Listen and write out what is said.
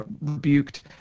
rebuked